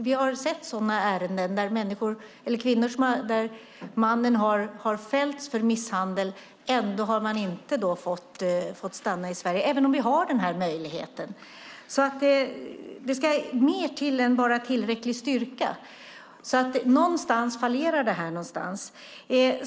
Vi har sett ärenden där mannen har fällts för misshandel och ändå har kvinnan inte fått stanna i Sverige, trots att vi har den här möjligheten. Det ska mer till än bara tillräcklig styrka. Någonstans fallerar det.